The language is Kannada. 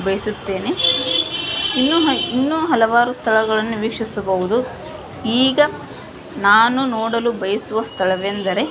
ಬಯಸುತ್ತೇನೆ ಇನ್ನು ಹ ಇನ್ನೂ ಹಲವಾರು ಸ್ಥಳಗಳನ್ನು ವೀಕ್ಷಿಸಬಹ್ದು ಈಗ ನಾನು ನೋಡಲು ಬಯಸುವ ಸ್ಥಳವೆಂದರೆ